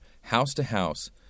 house-to-house